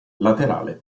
laterale